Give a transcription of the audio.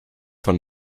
von